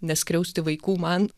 neskriausti vaikų man